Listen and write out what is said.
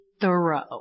thorough